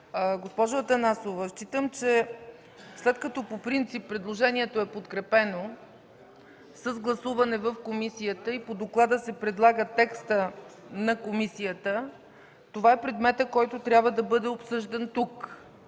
Госпожо Атанасова, считам, че след като по принцип предложението е подкрепено с гласуване в комисията и по доклада се предлага текстът на комисията – това е предметът, който трябва да бъде обсъждан тук.